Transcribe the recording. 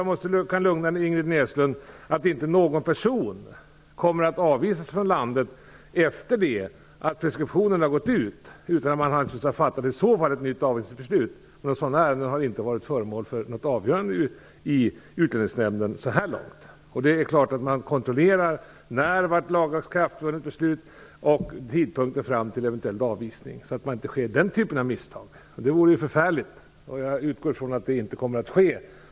Men det kan kanske lugna Ingrid Näslund att det självklart inte kommer att utvisas någon person från landet efter det att preskriptionstiden har gått ut med mindre än att ett nytt avvisningsbeslut i så fall har fattats. Några sådana beslut har inte varit föremål för avgörande i utlänningsnämnden så här långt. Det är klart att man kontrollerar tidpunkten för när ett beslut vunnit laga kraft och hur lång tid det har gått fram till en eventuell utvisning, så att man i alla fall inte begår den typen av misstag. Det vore ju förfärligt. Jag utgår från att det inte kommer att ske.